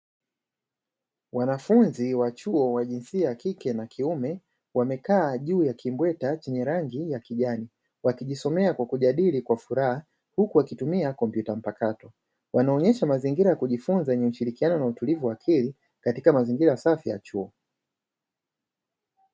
Wanafunzi wa chuo wa jinsia ya kike na kiume wamekaa juu ya kimbweta chenye rangi ya kijani, wakijisomea kwa kujadili kwa furaha huku wakitumia kompyuta mpakato, wanaonyesha mazingira ya kujifunza yenye ushirikiano na utulivu wa akili katika mazingira safi ya chuo.